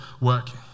working